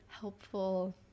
helpful